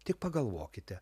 tik pagalvokite